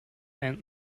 and